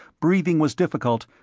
breathing was difficult,